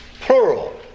plural